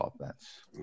offense